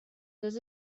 dos